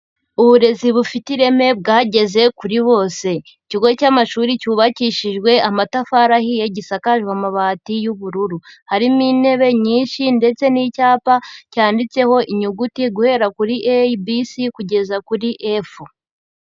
Uburezi bufite ireme bwageze kuri bose, ikigo cy'amashuri cyubakishijwe amatafari ahiye gisakajwe amabati y'ubururu, harimo intebe nyinshi ndetse n'icyapa cyanditseho inyuguti guhera kuri a, b, c kugeza kuri f.